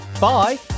bye